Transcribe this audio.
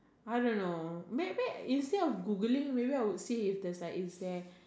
I don't know maybe instead of Googling maybe I would say if there's like is there